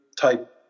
type